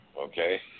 okay